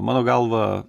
mano galva